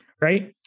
right